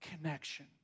connection